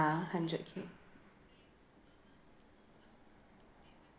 hundred K